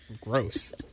Gross